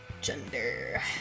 Gender